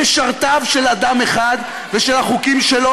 משרתיו של אדם אחד ושל החוקים שלו,